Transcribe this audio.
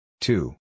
two